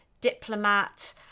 diplomat